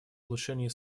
улучшении